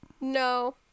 No